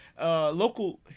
local